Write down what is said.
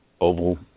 oval